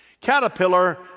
Caterpillar